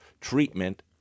treatment